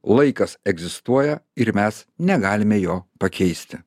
laikas egzistuoja ir mes negalime jo pakeisti